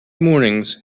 mornings